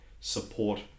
support